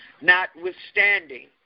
Notwithstanding